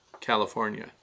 california